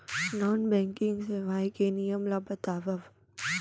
Non banking सेवाएं के नियम ला बतावव?